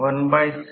तर j मी ठेवत नाहे